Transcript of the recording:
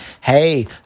Hey